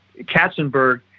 Katzenberg